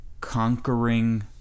conquering